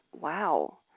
wow